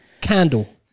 Candle